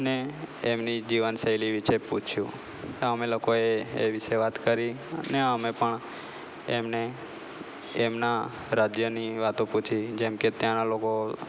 ને એમની જીવનશૈલી વિછે પૂછ્યું તો અમે લોકોએ એ વિશે વાત કરી અને અમે પણ એમને તેમના રાજ્યની વાતો પૂછી જેમકે ત્યાંના લોકો